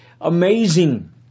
amazing